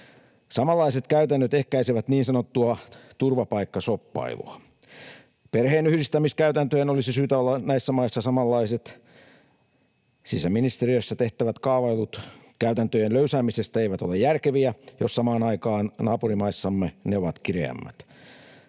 Samanlaiset käytännöt ehkäisevät niin sanottua turvapaikkashoppailua. Perheenyhdistämiskäytäntöjen olisi syytä olla näissä maissa samanlaiset. Sisäministeriössä tehtävät kaavailut käytäntöjen löysäämisestä eivät ole järkeviä, jos samaan aikaan naapurimaissamme ne ovat kireämmät.